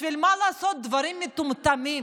בשביל מה לעשות דברים מטומטמים